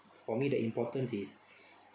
for me the important is